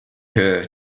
her